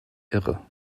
irre